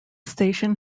station